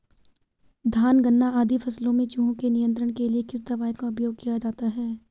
धान गन्ना आदि फसलों में चूहों के नियंत्रण के लिए किस दवाई का उपयोग किया जाता है?